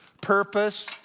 purpose